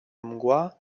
mgła